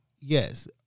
Yes